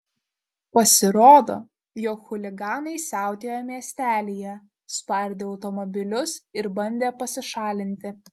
pasirodo jog chuliganai siautėjo miestelyje spardė automobilius ir bandė pasišalinti